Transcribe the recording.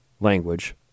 language